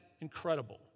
incredible